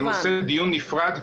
זה נושא לדיון נפרד,